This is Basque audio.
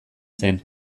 zen